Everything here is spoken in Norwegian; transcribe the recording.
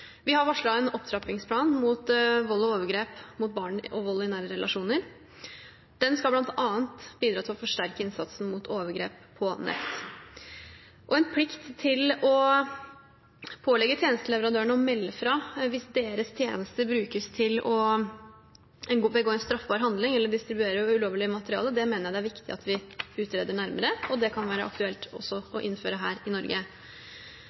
Vi har varslet en opptrappingsplan mot vold og overgrep mot barn og vold i nære relasjoner. Den skal bl.a. bidra til å forsterke innsatsen mot overgrep på nett. En plikt til å pålegge tjenesteleverandørene å melde fra hvis deres tjenester brukes til å begå straffbare handlinger eller distribuere ulovlig materiale, mener jeg er viktig at vi utreder nærmere, og det kan være aktuelt å innføre dette i Norge.